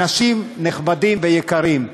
אנשים נכבדים ויקרים,